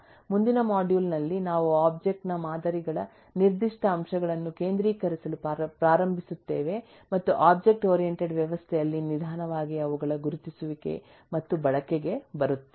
ಮುಂದಿನ ಮಾಡ್ಯೂಲ್ ನಲ್ಲಿ ನಾವು ಒಬ್ಜೆಕ್ಟ್ ನ ಮಾದರಿಗಳ ನಿರ್ದಿಷ್ಟ ಅಂಶಗಳನ್ನು ಕೇಂದ್ರೀಕರಿಸಲು ಪ್ರಾರಂಭಿಸುತ್ತೇವೆ ಮತ್ತು ಒಬ್ಜೆಕ್ಟ್ ಓರಿಯಂಟೆಡ್ ವ್ಯವಸ್ಥೆಯಲ್ಲಿ ನಿಧಾನವಾಗಿ ಅವುಗಳ ಗುರುತಿಸುವಿಕೆ ಮತ್ತು ಬಳಕೆಗೆ ಬರುತ್ತೇವೆ